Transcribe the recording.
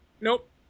Nope